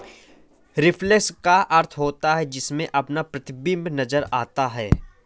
reflection का अर्थ होता है जिसमें अपना प्रतिबिंब नजर आता है